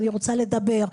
אני רוצה לדבר.